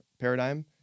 paradigm